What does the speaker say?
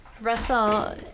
Russell